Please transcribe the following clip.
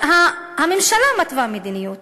הממשלה מתווה מדיניות.